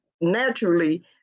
naturally